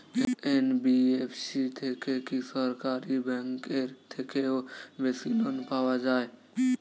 NBFC থেকে কি সরকারি ব্যাংক এর থেকেও বেশি লোন পাওয়া যায়?